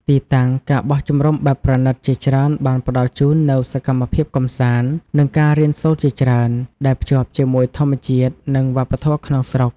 ទីតាំង ការបោះជំរំបែបប្រណីត ជាច្រើនបានផ្តល់ជូននូវសកម្មភាពកម្សាន្ត និងការរៀនសូត្រជាច្រើន ដែលភ្ជាប់ជាមួយធម្មជាតិ និងវប្បធម៌ក្នុងស្រុក។